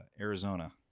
Arizona